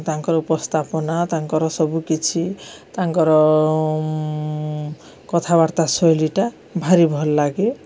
ତାଙ୍କର ଉପସ୍ଥାପନା ତାଙ୍କର ସବୁକିଛି ତାଙ୍କର କଥାବାର୍ତ୍ତା ଶୈଳୀଟା ଭାରି ଭଲ ଲାଗେ